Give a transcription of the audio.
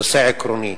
נושא עקרוני,